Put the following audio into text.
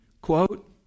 quote